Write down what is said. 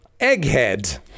egghead